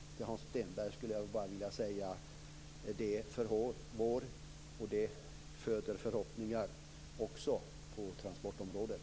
Det är vår, och det föder förhoppningar också på transportområdet.